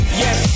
Yes